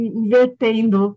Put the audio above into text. invertendo